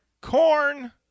Corn